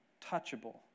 touchable